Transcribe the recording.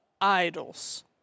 idols